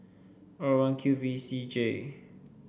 R one Q V C J